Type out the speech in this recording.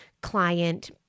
client